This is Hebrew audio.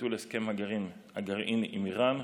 ביטול הסכם הגרעין עם איראן,